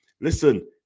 listen